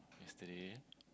yesterday